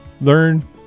learn